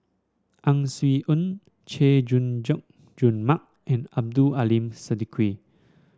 Ang Swee Aun Chay Jung June Mark and Abdul Aleem Siddique